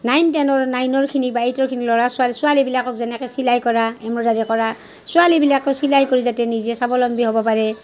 nine টেনৰ নাইনৰ খিনি বা এইটৰখিনি ল'ৰা ছোৱালী ছোৱালীবিলাকক যেনেকে চিলাই কৰা এম্ব্ৰইডাৰী কৰা ছোৱালী বিলাকেও চিলাই কৰি যাতে নিজে স্বাৱলম্বী হ'ব পাৰে